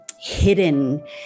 hidden